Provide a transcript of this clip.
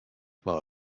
well